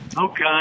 Okay